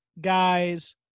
guys